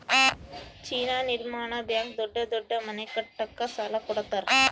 China ನಿರ್ಮಾಣ bank ದೊಡ್ಡ ದೊಡ್ಡ ಮನೆ ಕಟ್ಟಕ ಸಾಲ ಕೋಡತರಾ